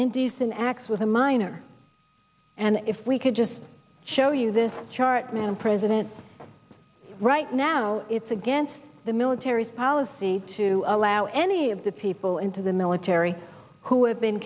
indecent acts with a minor and if we could just show you this chart madam president right now it's against the military's policy to allow any of the people into the military who have been